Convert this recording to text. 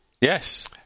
yes